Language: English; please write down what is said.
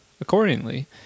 Accordingly